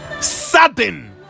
sudden